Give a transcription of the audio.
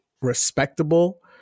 respectable